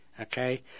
okay